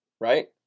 right